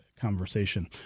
conversation